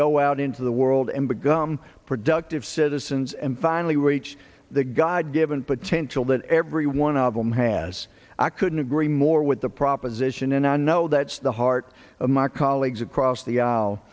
go out into the world and gum productive citizens and finally reach the god given potential that every one of them has i couldn't agree more with the proposition and i know that's the heart of my colleagues across the aisle